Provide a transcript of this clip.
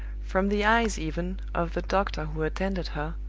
from the eyes even of the doctor who attended her,